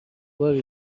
باری